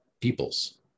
peoples